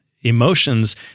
Emotions